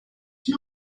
give